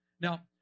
Now